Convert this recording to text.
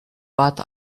path